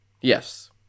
Yes